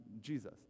Jesus